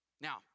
Now